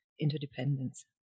interdependence